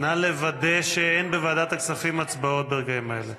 נא לוודא שאין בוועדת הכספים הצבעות ברגעים האלה.